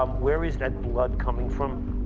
um where is that blood coming from?